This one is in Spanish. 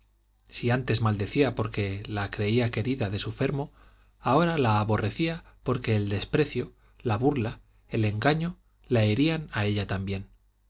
si antes la maldecía porque la creía querida de su fermo ahora la aborrecía porque el desprecio la burla el engaño la herían a ella también